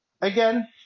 Again